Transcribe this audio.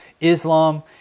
Islam